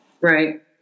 Right